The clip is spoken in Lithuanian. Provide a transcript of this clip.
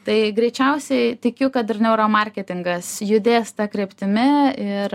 tai greičiausiai tikiu kad ir neuro marketingas judės ta kryptimi ir